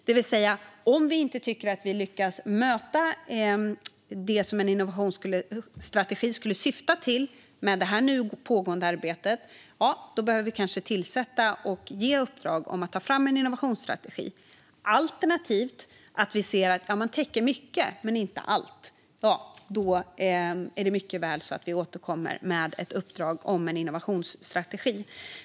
Om vi med det nu pågående arbetet inte lyckas möta det som en innovationsstrategi skulle syfta till behöver vi kanske ge uppdrag om att ta fram en innovationsstrategi. Det kan också vara så att vi ser att man täcker mycket men inte allt. Då kan det mycket väl vara så att vi återkommer med ett uppdrag om en innovationsstrategi.